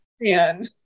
man